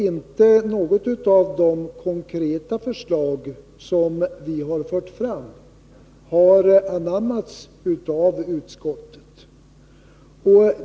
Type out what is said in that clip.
Inte ett enda av de konkreta förslag som vi har fört fram har anammats av utskottet.